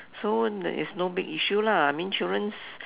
so it's no big issue lah I mean children